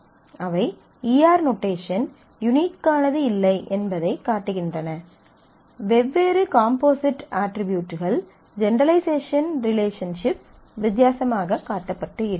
அவை E R notation யூனிக்கானது இல்லை என்பதைக் காட்டுகின்றன வெவ்வேறு காம்போசிட் அட்ரிபியூட்கள் ஜெனெரலைசேஷன் ரிலேஷன்ஷிப் வித்தியாசமாகக் காட்டப்பட்டு இருக்கிறது